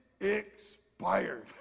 expired